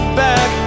back